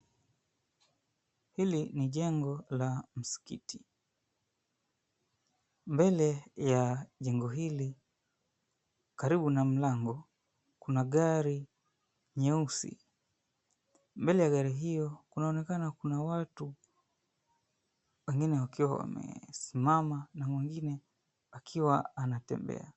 Hili ni jengo la msikiti. Mbele ya jengo hili karibu na mlango kuna gari nyeusi, mbele ya gari hiyo kunaonekana kuna watu wengine wakiwa wamesimama na mwengine anatembea.